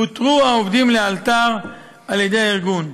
פוטרו העובדים לאלתר על ידי הארגון.